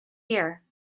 here